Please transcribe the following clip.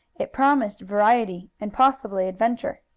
it promised variety and possibly adventure.